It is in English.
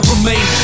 Remain